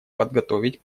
подготовить